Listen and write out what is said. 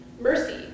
Mercy